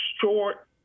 short